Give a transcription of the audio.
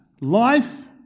life